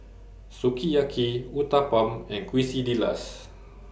Sukiyaki Uthapam and Quesadillas